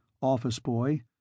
office-boy